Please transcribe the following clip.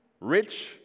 rich